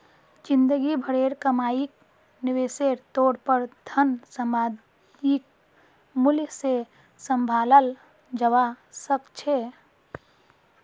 जिंदगी भरेर कमाईक निवेशेर तौर पर धन सामयिक मूल्य से सम्भालाल जवा सक छे